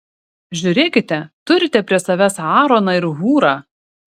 žiūrėkite turite prie savęs aaroną ir hūrą